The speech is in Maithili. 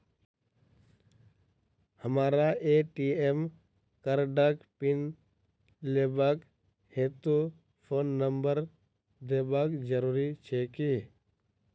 हमरा ए.टी.एम कार्डक पिन लेबाक हेतु फोन नम्बर देबाक जरूरी छै की?